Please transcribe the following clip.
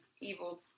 evil